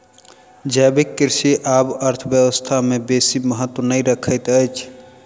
जैविक कृषि आब अर्थव्यवस्था में बेसी महत्त्व नै रखैत अछि